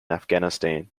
afghanistan